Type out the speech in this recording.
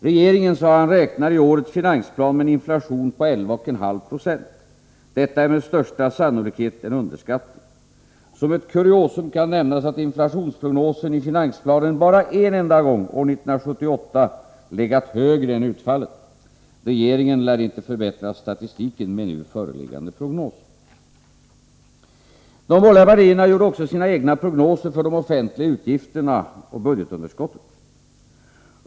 ”Regeringen”, sade han, ”räknar i årets finansplan med en inflation på 11,590. Detta är med största sannolikhet en underskattning. Som ett kuriosum kan nämnas att inflationsprognosen i finansplanen bara en enda gång, år 1978, legat högre än utfallet. Regeringen lär inte förbättra statistiken med nu föreliggande prognos.” De borgerliga partierna gjorde också sina egna prognoser för de offentliga utgifterna och budgetunderskottet.